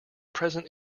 present